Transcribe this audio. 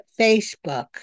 Facebook